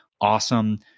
awesome